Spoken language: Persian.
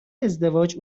ازدواج